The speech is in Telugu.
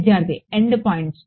విద్యార్థి ఎండ్ పాయింట్స్